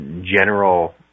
general